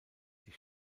die